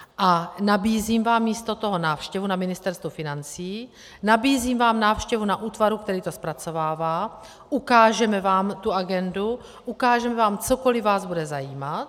A nabízím vám místo toho návštěvu na Ministerstvu financí, nabízím vám návštěvu na útvaru, který to zpracovává, ukážeme vám tu agendu, ukážeme vám, cokoli vás bude zajímat.